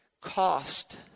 cost